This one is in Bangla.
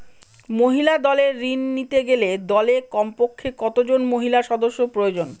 মহিলা দলের ঋণ নিতে গেলে দলে কমপক্ষে কত জন মহিলা সদস্য প্রয়োজন?